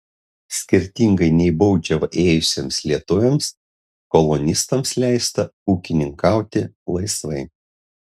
skirtingai nei baudžiavą ėjusiems lietuviams kolonistams leista ūkininkauti laisvai